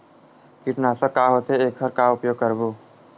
कीटनाशक का होथे एखर का उपयोग करबो?